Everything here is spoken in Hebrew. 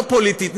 לא פוליטית,